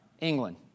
England